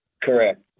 Correct